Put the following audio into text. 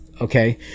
okay